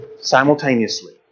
simultaneously